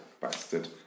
bastard